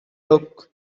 look